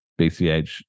BCH